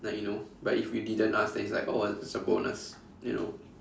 like you know but if you didn't ask then it's like oh it's a bonus you know